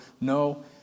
no